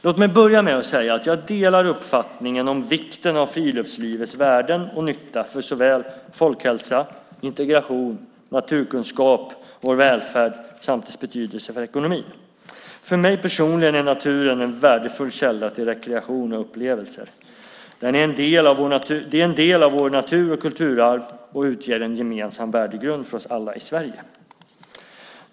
Låt mig börja med att säga att jag delar uppfattningen om vikten av friluftslivets värden och nytta för såväl folkhälsa, integration, naturkunskap, vår välfärd samt dess betydelse för ekonomin. För mig personligen är naturen en värdefull källa till rekreation och upplevelser. Det är en del av vårt natur och kulturarv och utgör en gemensam värdegrund för oss alla i Sverige.